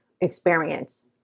experience